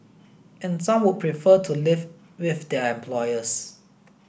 and some would prefer to live with their employers